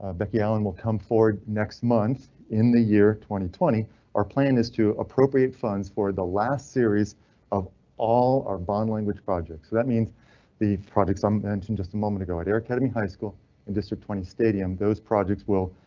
ah becky allen will come forward. next month in the year twenty, our plan is to appropriate funds for the last series of all our bond language projects. so that means the projects i mentioned just a moment ago, and her academy high school and district twenty stadium those projects will.